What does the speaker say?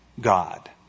God